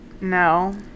No